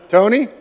Tony